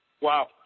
Wow